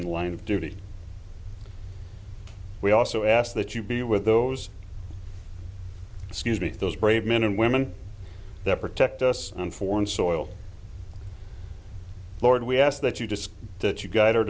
in line of duty we also ask that you be with those excuse me those brave men and women that protect us on foreign soil lord we ask that you just that you gu